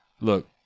Look